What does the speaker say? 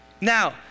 Now